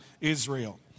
Israel